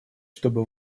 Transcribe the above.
чтобы